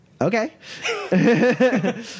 okay